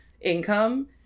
income